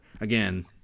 again